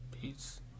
peace